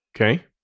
Okay